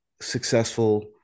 successful